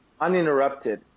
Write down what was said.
uninterrupted